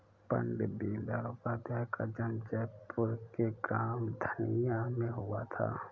पण्डित दीनदयाल उपाध्याय का जन्म जयपुर के ग्राम धनिया में हुआ था